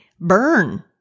burn